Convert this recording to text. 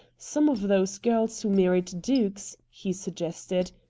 some of those girls who married dukes, he suggested,